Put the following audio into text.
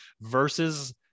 versus